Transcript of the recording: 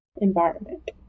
environment